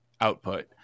output